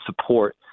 support